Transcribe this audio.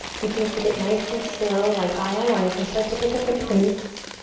you can keep it nice and slow like i am or you can start to pick up the pace.